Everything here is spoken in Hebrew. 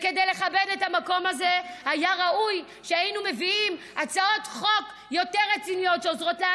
וכדי לכבד את המקום הזה היה ראוי שהיינו מביאים הצעות חוק יותר רציניות,